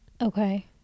Okay